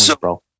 bro